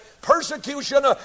persecution